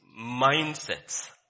mindsets